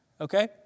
Okay